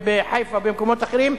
גם בחיפה, במקומות אחרים,